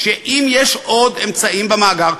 שאם יש עוד אמצעים במאגר,